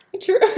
True